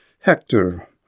Hector